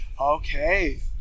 Okay